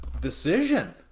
decision